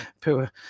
poor